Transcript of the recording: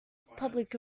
public